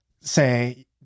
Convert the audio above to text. say